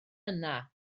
yna